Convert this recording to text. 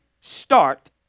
start